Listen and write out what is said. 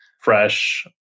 fresh